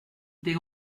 des